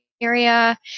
area